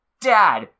Dad